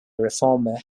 reformer